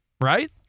Right